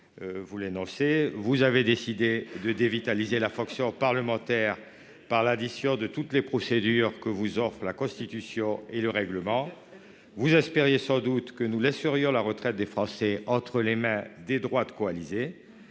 comprendriez :« Vous avez décidé de dévitaliser la fonction parlementaire par l'addition de toutes les procédures que vous offrent la Constitution et le règlement. Vous espériez sans doute que nous laisserions la retraite des Français entre les mains des droites coalisées.